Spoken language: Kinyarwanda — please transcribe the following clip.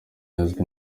azwi